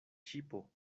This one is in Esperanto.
ŝipo